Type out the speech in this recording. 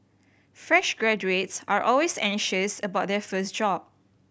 fresh graduates are always anxious about their first job